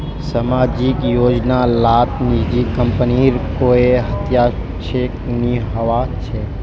सामाजिक योजना लात निजी कम्पनीर कोए हस्तक्षेप नि होवा चाहि